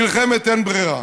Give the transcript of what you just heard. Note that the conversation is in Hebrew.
מלחמת אין ברירה.